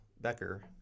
Becker